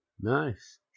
nice